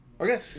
okay